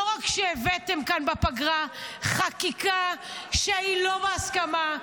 לא רק שהבאתם בפגרה חקיקה שהיא לא בהסכמה,